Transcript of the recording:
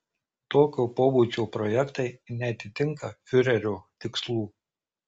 tokio pobūdžio projektai neatitinka fiurerio tikslų